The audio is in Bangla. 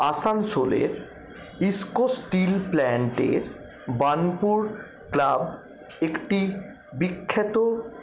আসানসোলের ইসকো স্টিল প্ল্যান্টের বার্নপুর ক্লাব একটি বিখ্যাত